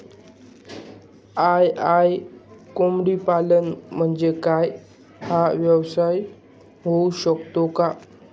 RR कोंबडीपालन म्हणजे काय? हा व्यवसाय होऊ शकतो का?